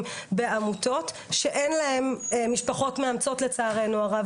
בעמותות שאין להם משפחות מאמצות לצערנו הרב.